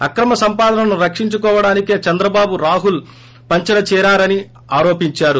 అక్రమ సంపాదనను రక్షించు కోవడానికే చంద్రబాబు రాహుల్ పంచన చేరారని ఆరోపించారు